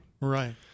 Right